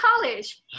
college